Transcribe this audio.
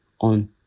on